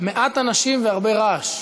מעט אנשים והרבה רעש.